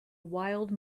wild